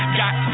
got